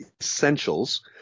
essentials